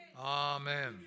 Amen